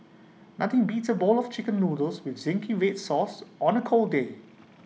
nothing beats A bowl of Chicken Noodles with Zingy Red Sauce on A cold day